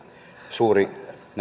suuri